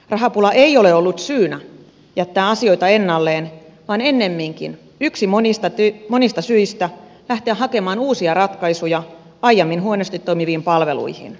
rahapula ei ole ollut syynä jättää asioita ennalleen vaan ennemminkin yksi monista muista syistä lähteä hakemaan uusia ratkaisuja aiemmin huonosti toimiviin palveluihin